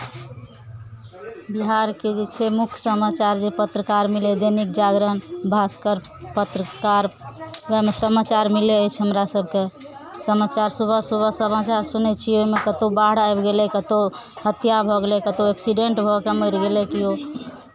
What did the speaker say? बिहारके जे छै मुख्य समाचार जे पत्रिका आर मिलैए दैनिक जागरण भास्कर पत्रिका आर ओहिमे समाचार मिलैत अछि हमरा सभके समाचार सुबह सुबह समाचार सुनै छियै ओहिमे कतहु बाढ़ि आबि गेलै कतहु हत्या भऽ गेलै कतहु एक्सीडेन्ट भऽ कऽ मरि गेलै केओ